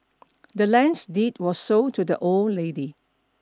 the land's deed were sold to the old lady